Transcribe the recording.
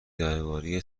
درباره